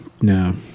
no